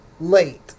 late